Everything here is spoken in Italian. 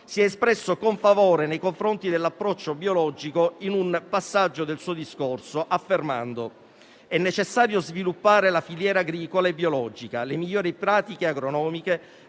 si è espresso con favore nei confronti dell'approccio biologico in un passaggio del suo discorso, affermando: «È necessario sviluppare la filiera agricola biologica, le migliori pratiche agronomiche,